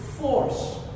force